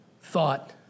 thought